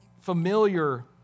familiar